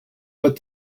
but